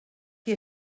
qui